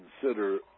consider